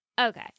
Okay